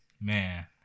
man